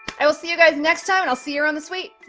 i will see you guys next time and i'll see ya' around the suite.